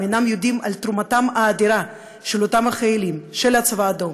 הם אינם יודעים על תרומתם האדירה של אותם החיילים של הצבא האדום,